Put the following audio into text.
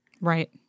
Right